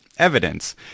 evidence